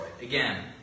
Again